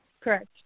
Correct